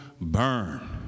burn